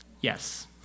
Yes